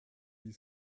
wie